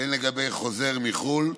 והן לגבי חוזר מחו"ל,